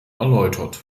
erläutert